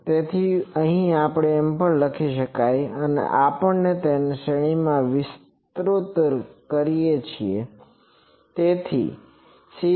તેથી અહીં આપણે એમ પણ કહીએ છીએ કે આપણે તેને શ્રેણીમાં વિસ્તૃત કરીએ છીએ